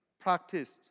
practiced